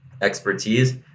expertise